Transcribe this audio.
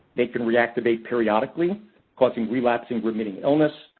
they can reactivate periodically causing relapsing remitting illness.